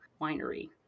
Winery